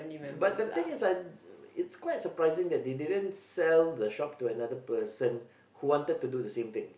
but the thing is like it's quite surprising that they didn't sell the shop to another person who wanted to do the same thing